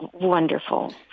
wonderful